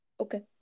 Okay